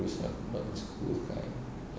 oh it's not not school time